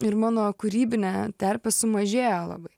ir mano kūrybinė terpė sumažėja labai